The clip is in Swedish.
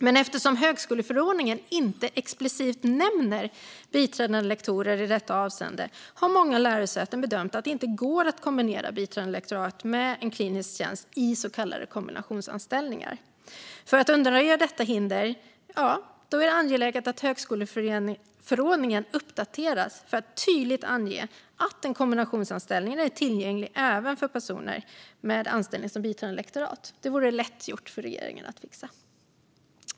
Men eftersom högskoleförordningen inte explicit nämner biträdande lektorer i detta avseende har många lärosäten bedömt att det inte går att kombinera biträdande lektorat med en klinisk tjänst i så kallade kombinationsanställningar. För att undanröja detta hinder är det angeläget att högskoleförordningen uppdateras för att tydligt ange att en kombinationsanställning är tillgänglig även för personer med anställning som biträdande lektor. Detta vore lätt för regeringen att fixa.